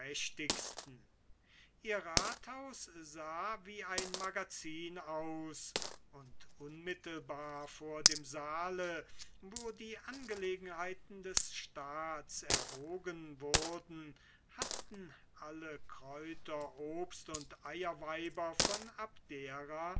ihr rathaus sah wie ein magazin aus und unmittelbar vor dem saale wo die angelegenheiten des staats erwogen wurden hatten alle kräuter obst und eierweiber von abdera